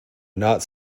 not